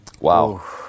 Wow